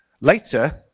Later